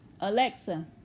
Alexa